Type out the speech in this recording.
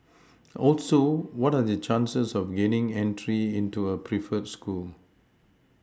also what are the chances of gaining entry into a preferred school